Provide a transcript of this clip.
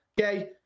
Okay